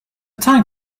type